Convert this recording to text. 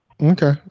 Okay